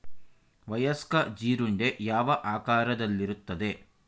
ವಯಸ್ಕ ಜೀರುಂಡೆ ಯಾವ ಆಕಾರದಲ್ಲಿರುತ್ತದೆ?